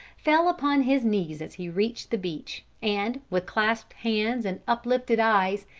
fell upon his knees as he reached the beach, and, with clasped hands and uplifted eyes,